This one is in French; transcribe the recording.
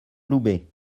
loubet